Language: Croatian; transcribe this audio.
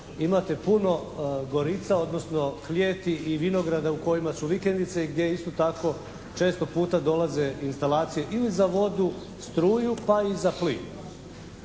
imate puno gorica odnosno klijeti i vinograda u kojima su vikendice i gdje isto tako često puta dolaze instalacije ili za vodu, struju pa i za plin.